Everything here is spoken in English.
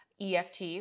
EFT